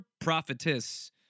prophetess